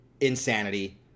insanity